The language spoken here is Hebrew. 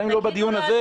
גם אם לא בדיון הזה,